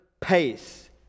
pace